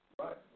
Right